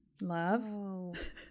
Love